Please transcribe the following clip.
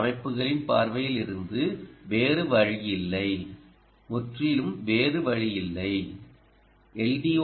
D அமைப்புகளின் பார்வையில் இருந்து வேறு வழியில்லை முற்றிலும் வேறு வழியில்லை எல்